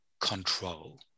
control